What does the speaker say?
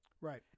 Right